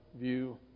view